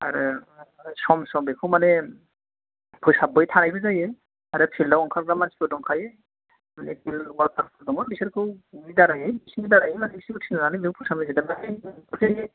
आरो सम सम बेखौ मानि फोसाबबाय थानायबो जायो आरो फिल्डयाव ओंखारग्रा मानसिफोर दंखायो मानि फिल्ड अवारखारफोर दं बिसोरखौ बेनि दारै बिसिनि दारै मानि बिसोरखौ थिनहरनानै फोसाबहैनाय जायो